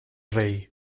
rei